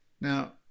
Now